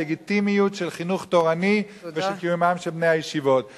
הלגיטימיות של חינוך תורני ושל קיומם של בני הישיבות.